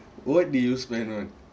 what do you spend on